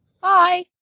Bye